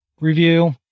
review